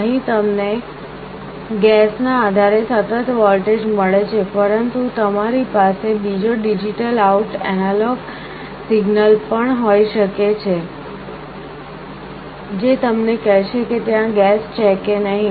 અહીં તમને ગેસના આધારે સતત વોલ્ટેજ મળે છે પરંતુ તમારી પાસે બીજો ડિજિટલ આઉટ સિગ્નલ પણ હોઈ શકે છે જે તમને કહેશે કે ત્યાં ગેસ છે કે નહીં